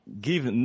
Give